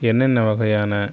என்னென்ன வகையான